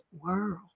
world